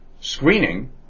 screening